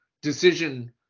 decision